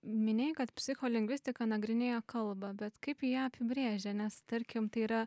minėjai kad psicholingvistika nagrinėja kalbą bet kaip ji ją apibrėžia nes tarkim tai yra